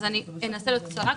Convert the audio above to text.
אז אני אנסה להיות קצרה.